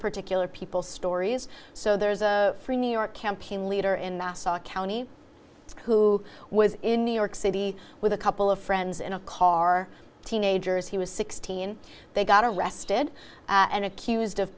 particular people stories so there's a new york campaign leader in the county who was in new york city with a couple of friends in a car teenagers he was sixteen they got arrested and accused of